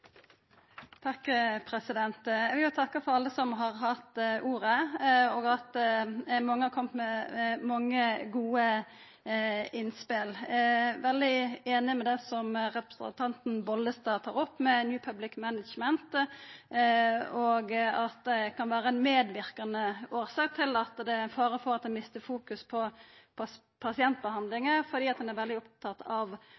takk til Kjersti Toppe for at hun tok initiativ til dette. Eg vil òg takka alle som har hatt ordet. Mange har kome med gode innspel. Eg er veldig einig i det som representanten Bollestad tar opp, med New Public Management, og at det kan vera ei medverkande årsak til at det er fare for at ein mister fokus på